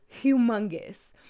humongous